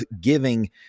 giving